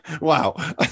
wow